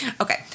okay